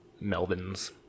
Melvin's